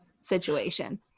situation